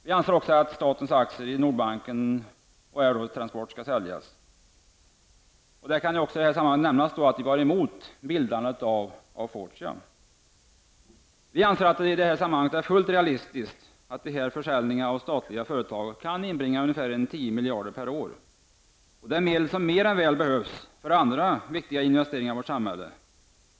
Vi anser också att statens aktier i Nordbanken och Aerotransport skall säljas. Det kan i det här sammanhanget nämnas att vi var emot bildandet av Fortia. Vi anser att det är fullt realistiskt att utgå från att de här försäljningarna av statliga företag kan inbringa ungefär 10 miljarder per år. Det är medel som mer än väl behövs för andra viktiga investeringar i vårt samhälle.